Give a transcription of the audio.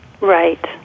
Right